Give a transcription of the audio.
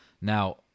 Now